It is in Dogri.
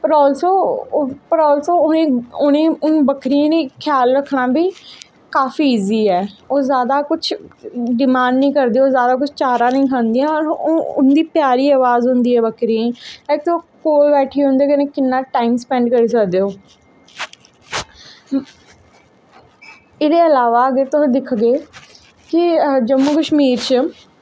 होर आलसो होर आलसो उ'नें बक्करियें गी ख्याल रक्खना बी काफी ईज़ी ऐ ओह् जादा कुछ डमांड निं करदी जादा कुछ चारा नी खंदियां होर उं'दी प्यारी अवाज होंदी ऐ बक्करियें दी इक ते कोल बैठियै उं'दे कन्नै तुस किन्ना टाइम स्पैंड करी सकदे ओ एह्दे इलावा अगर तुस दिखगे कि जम्मू कश्मीर च